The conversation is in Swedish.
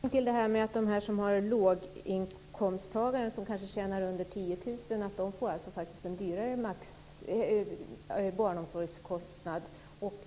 Fru talman! Jag fick ingen förklaring till att låginkomsttagare, som kanske tjänar under 10 000 kr, kanske får en dyrare barnomsorg.